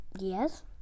Yes